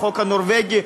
החוק הנורבגי,